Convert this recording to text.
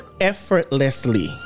effortlessly